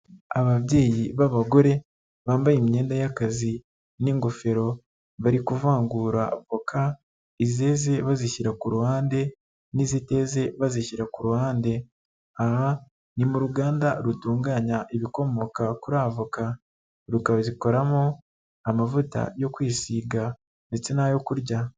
Ababyeyi b'abagore bambaye imyenda y'akazi n'ingofero, bari kuvangura avoka, izeze bazishyira ku ruhande n'iziteze bazishyira ku ruhande, aha ni mu ruganda rutunganya ibikomoka kuri avoka, rukazikoramo amavuta yo kwisiga ndetse n'ayo kurya.